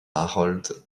harold